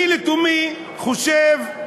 אני לתומי חושב: